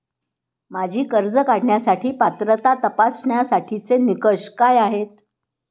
माझी कर्ज काढण्यासाठी पात्रता तपासण्यासाठीचे निकष काय आहेत?